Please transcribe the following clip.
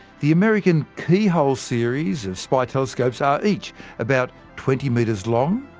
the american keyhole series of spy telescopes are each about twenty metres long,